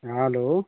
hello